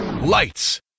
Lights